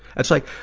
it's like,